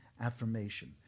affirmation